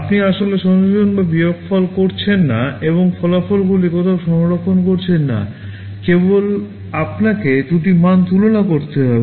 আপনি আসলে সংযোজন বা বিয়োগফল করছেন না এবং ফলাফলগুলি কোথাও সংরক্ষণ করছেন না কেবল আপনাকে দুটি মান তুলনা করতে হবে